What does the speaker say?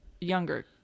younger